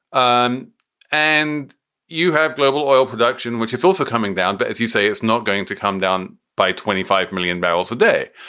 um and you have global oil production, which is also coming down. but as you say, it's not going to come down by twenty five million barrels a day.